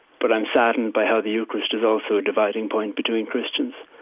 but i'm saddened by how the eucharist is also a dividing point between christians.